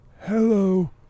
hello